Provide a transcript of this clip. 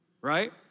Right